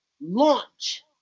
launch